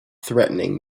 threatening